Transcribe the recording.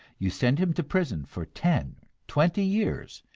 you send him to prison for ten or twenty years,